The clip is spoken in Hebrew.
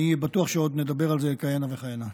אני בטוח שעוד נדבר על זה כהנה וכהנה.